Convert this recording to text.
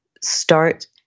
start